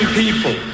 people